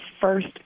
first